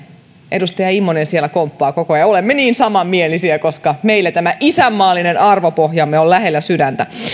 edustaja immonen siellä komppaa koko ajan olemme niin samanmielisiä koska meillä tämä isänmaallinen arvopohjamme on lähellä sydäntä